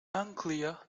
unclear